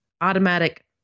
automatic